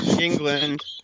England